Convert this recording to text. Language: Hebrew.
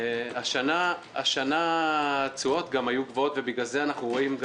השנה התשואות היו גבוהות ובגלל זה אנחנו רואים גם